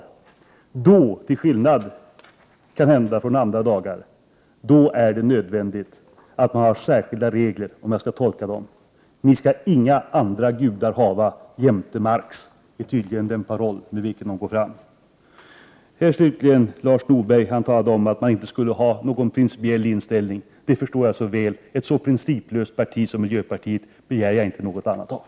Jag tolkar deras uttalanden så att de anser att det är nödvändigt att man har särskilda regler för första maj — till skillnad, kanhända, från andra dagar. Ni skall inga andra gudar hava jämte Marx, är tydligen den paroll med vilken de går fram. Lars Norberg, slutligen, talade om att man inte skulle ha någon principiell inställning. Det förstår jag så väl. Ett så principlöst parti som miljöpartiet begär jag inte någonting annat av.